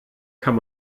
kann